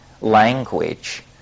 language